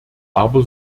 aber